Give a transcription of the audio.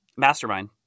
Mastermind